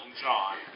John